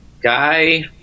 guy